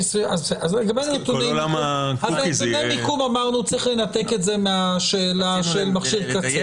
לגבי מיקום אמרנו שצריך לנתק מהשאלה של מכשיר קצה.